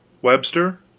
webster.